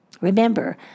Remember